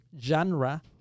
genre